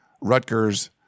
Rutgers